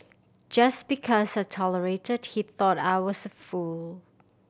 just because I tolerated he thought I was a fool